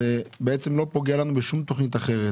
זה לא פוגע לנו בשום תוכנית אחרת,